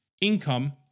income